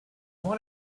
want